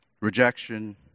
Rejection